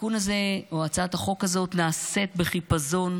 התיקון הזה, הצעת החוק הזאת נעשית בחיפזון,